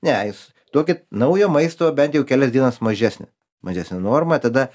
ne jūs duokit naujo maisto bent jau kelias dienas mažesnę mažesnę normą tada